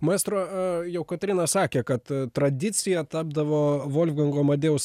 maestro jau kotryna sakė kad tradicija tapdavo volfgango amadėjaus